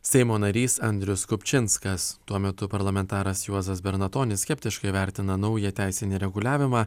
seimo narys andrius kupčinskas tuo metu parlamentaras juozas bernatonis skeptiškai vertina naują teisinį reguliavimą